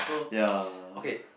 ya